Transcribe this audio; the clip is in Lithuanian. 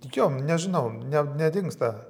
jo nežinau ne nedingsta